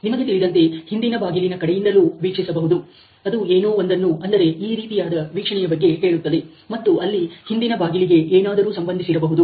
ನಿಮಗೆ ತಿಳಿದಂತೆ ಹಿಂದಿನ ಬಾಗಿಲಿನ ಕಡೆಯಿಂದಲೂ ವೀಕ್ಷಿಸಬಹುದು ಅದು ಏನೋ ಒಂದನ್ನು ಅಂದರೆ ಈ ರೀತಿಯಾದ ವೀಕ್ಷಣೆಯ ಬಗ್ಗೆ ಹೇಳುತ್ತದೆ ಮತ್ತು ಅಲ್ಲಿ ಹಿಂದಿನ ಬಾಗಿಲಿಗೆ ಏನಾದರೂ ಸಂಬಂಧಿಸಿರಬಹುದು